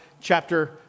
chapter